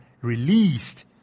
released